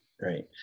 right